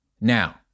Now